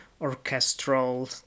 orchestral